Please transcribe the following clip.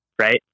right